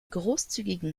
großzügigen